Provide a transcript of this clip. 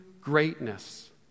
greatness